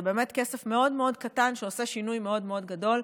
זה באמת כסף מאוד מאוד קטן שעושה שינוי מאוד מאוד גדול.